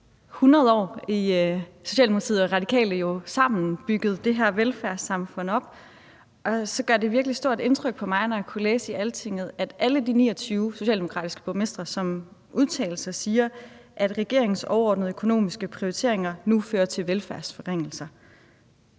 Nu har Socialdemokratiet og Radikale sammen igennem 100 år bygget det her velfærdssamfund op, og så gør det virkelig stort indtryk på mig, når jeg kan læse i Altinget, at alle de 29 socialdemokratiske borgmestre, som har udtalt sig, siger, at regeringens overordnede økonomiske prioriteringer nu fører til velfærdsforringelser.